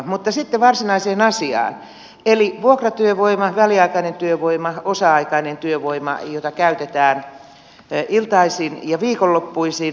mutta sitten varsinaiseen asiaan eli vuokratyövoima väliaikainen työvoima osa aikainen työvoima jota käytetään iltaisin ja viikonloppuisin